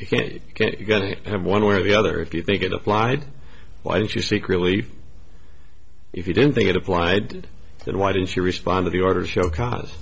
you can't you got to have one way or the other if you think it applied why didn't you seek relief if you don't think it applied then why didn't you respond to the order show cause